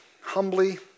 Humbly